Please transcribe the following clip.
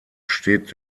steht